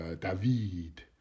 David